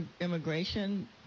immigration